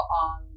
on